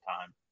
time